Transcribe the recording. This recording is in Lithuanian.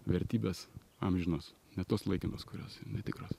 vertybės amžinos ne tos laikinos kurios yra netikros